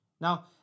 Now